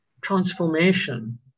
transformation